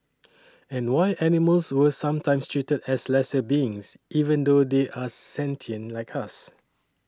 and why animals were sometimes treated as lesser beings even though they are sentient like us